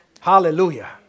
Hallelujah